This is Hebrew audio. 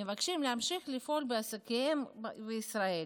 ומבקשים להמשיך לפעול בעסקיהם בישראל